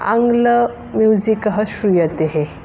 आङ्ग्ल म्यूसिकः श्रूयते